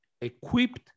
equipped